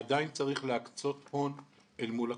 ועדיין צריך להקצות הון אל מול הכרטיסים.